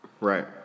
right